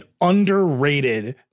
underrated